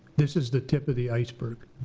this is the tip of the iceberg.